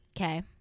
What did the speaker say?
okay